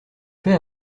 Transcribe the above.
fait